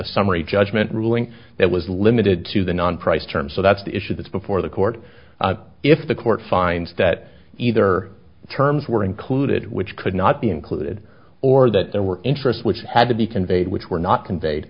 a summary judgment ruling that was limited to the non price terms so that's the issue that's before the court if the court finds that either the terms were included which could not be included or that there were interests which had to be conveyed which were not conveyed